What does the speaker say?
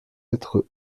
être